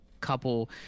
couple